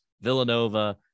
Villanova